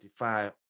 55